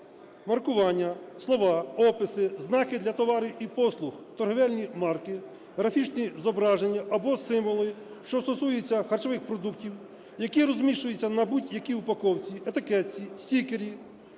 "Маркування, слова, описи, знаки для товарів і послуг, торговельні марки, графічні зображення або символи, що стосуються харчових продуктів, які розміщуються на будь-якій упаковці, етикетці (стікері),